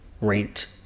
rent